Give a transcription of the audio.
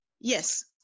Yes